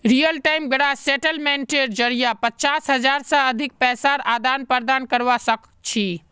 real time gross सेटलमेंटेर जरिये पचास हज़ार से अधिक पैसार आदान प्रदान करवा सक छी